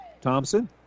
Thompson